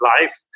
life